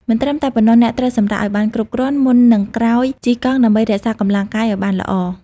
មិនត្រឹមតែប៉ុណ្ណោះ អ្នកត្រូវសម្រាកឲ្យបានគ្រប់គ្រាន់ មុននឹងក្រោយជិះកង់ដើម្បីរក្សាកម្លាំងកាយឲ្យបានល្អ។